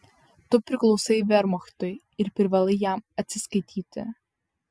tu priklausai vermachtui ir privalai jam atsiskaityti